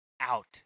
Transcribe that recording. out